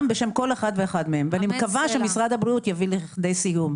כלומר, יש דיון גם אצלו.